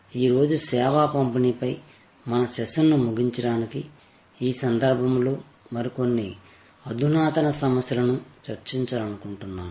ఈ రోజు సేవ పంపిణీ పై మన సెషన్ను ముగించడానికి ఈ సందర్భంలో మరికొన్ని అధునాతన సమస్యలను చర్చించాలనుకుంటున్నాను